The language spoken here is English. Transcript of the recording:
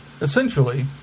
essentially